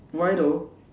why though